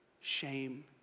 shame